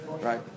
right